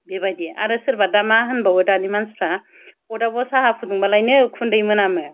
बेबायदि आरो सोरबा दा मा होनबावो दानि मानसिफोरा अरदाबाव साहा फुदुंबालायनो उखुन्दै मोनामो